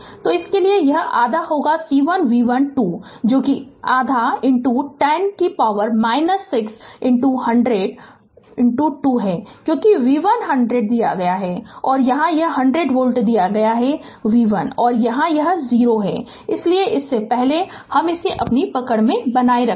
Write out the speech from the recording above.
तो इसके लिए यह आधा होगा C1 v1 2 जो कि आधा 10 की शक्ति 6 100 2 है क्योंकि v1 100 दिया गया है और यहाँ यह 100 वोल्ट दिया गया है कि v1 और यहाँ यह 0 है इसलिए इससे पहले हमे इस पर अपनी पकड़ बनाए रखना है